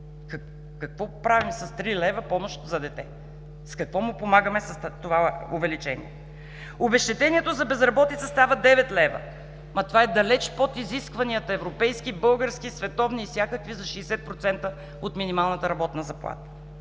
Какво правим с 3 лв. помощ за дете? Какво му помагаме с това увеличение? Обезщетението за безработица става 9 лв., а това е далеч под изискванията – европейски, български, световни и всякакви, за 60% от минималната работна заплата.